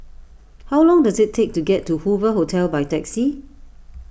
how long does it take to get to Hoover Hotel by taxi